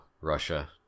Russia